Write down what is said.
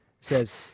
says